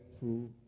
true